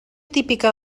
típica